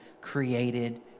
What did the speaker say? created